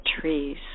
trees